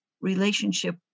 relationship